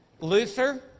Luther